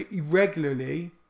regularly